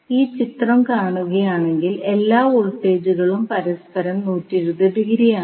ഈ ചിത്രം കാണുകയാണെങ്കിൽ എല്ലാ വോൾട്ടേജുകളും പരസ്പരം 120 ഡിഗ്രിയാണ്